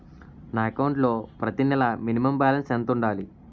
నా అకౌంట్ లో ప్రతి నెల మినిమం బాలన్స్ ఎంత ఉండాలి?